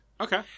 Okay